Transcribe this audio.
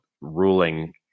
ruling